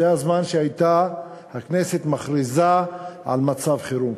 זה הזמן שהכנסת הייתה מכריזה על מצב חירום,